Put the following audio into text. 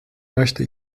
möchte